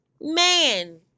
Man